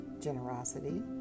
generosity